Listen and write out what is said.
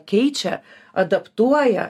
keičia adaptuoja